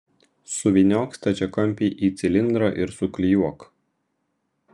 suvyniok stačiakampį į cilindrą ir suklijuok